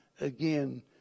again